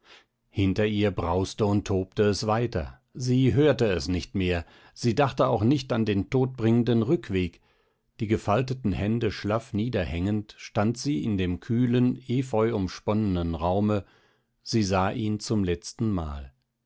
hinter ihr brauste und tobte es weiter sie hörte es nicht mehr sie dachte auch nicht an den todbringenden rückweg die gefalteten hände schlaff niederhängend stand sie in dem kühlen epheuumsponnenen raume sie sah ihn zum letztenmal